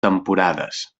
temporades